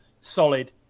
solid